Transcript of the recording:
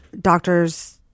doctor's